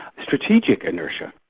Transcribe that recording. strategic inertia,